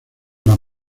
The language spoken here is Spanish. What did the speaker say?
las